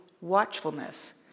watchfulness